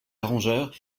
arrangeur